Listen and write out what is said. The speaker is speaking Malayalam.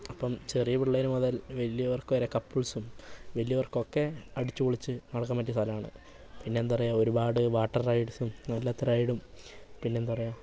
അപ്പം ചെറിയ പിള്ളേർ മുതൽ വലിയവർക്ക് വരെ കപ്പിൾസും വലിയവർക്കൊക്കെ അടിച്ചു പൊളിച്ച് നടക്കാൻ പറ്റിയ സ്ഥലമാണ് പിന്നെ എന്താ പറയുക ഒരുപാട് വാട്ടർ റൈഡ്സും അല്ലാത്ത റൈഡും പിന്നെ എന്താ പറയുക